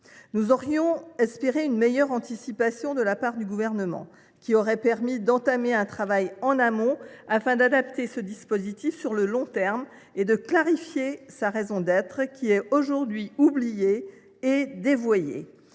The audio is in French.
Nous aurions espéré une meilleure anticipation de la part du Gouvernement, ce qui aurait permis d’entamer un travail en amont, afin d’adapter ce dispositif sur le long terme et de clarifier sa raison d’être, qui est aujourd’hui oubliée et dévoyée.